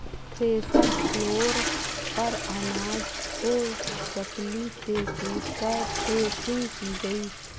thresher floor पर अनाज को चकली से पीटकर थ्रेसिंग की गई